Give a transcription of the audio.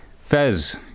Fez